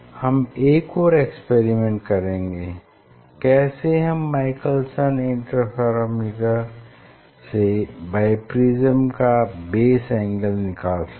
हम एक और एक्सपेरिमेंट करेंगे कैसे हम माईकलसन एक्सपेरिमेंट से बाइप्रिज्म का बेस एंगल निकाल सकते हैं